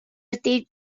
ydy